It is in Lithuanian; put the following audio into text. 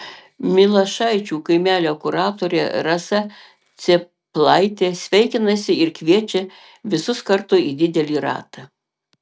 milašaičių kaimelio kuratorė rasa cėplaitė sveikinasi ir kviečia visus kartu į didelį ratą